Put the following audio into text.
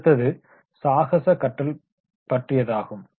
அடுத்தது சாகச கற்றல் பற்றியதாகும்